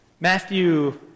Matthew